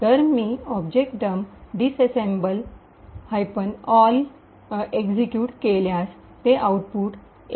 तर मी j object dump -disassemble all example1 objdump -disassemble all example1 execute केल्यास ते आऊटपुट example